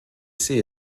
sehe